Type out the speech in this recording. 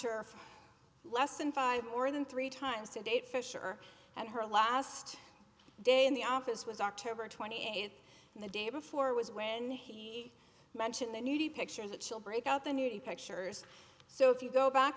her for less than five more than three times to date fisher and her last day in the office was october twenty eighth and the day before was when he mentioned the new pictures that she'll break out the new pictures so if you go back